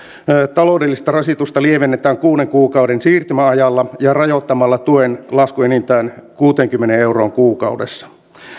taloudellista rasitusta lievennetään kuuden kuukauden siirtymäajalla ja rajoittamalla tuen lasku enintään kuuteenkymmeneen euroon kuukaudessa